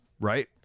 Right